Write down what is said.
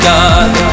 God